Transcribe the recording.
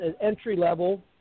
entry-level